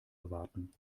erwarten